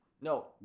No